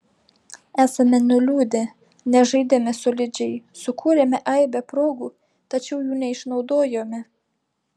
esame nuliūdę nes žaidėme solidžiai sukūrėme aibę progų tačiau jų neišnaudojome